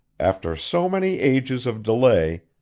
after so many ages of delay,